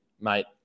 mate